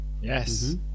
yes